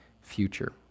future